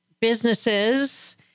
businesses